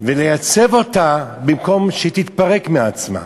ולייצב אותה במקום שהיא תתפרק מעצמה.